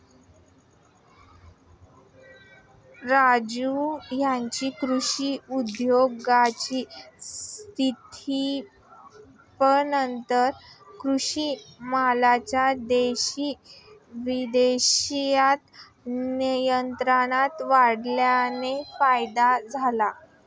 राजीव यांना कृषी उद्योगाच्या स्थापनेनंतर कृषी मालाची देश विदेशात निर्यात वाढल्याने फायदा झाला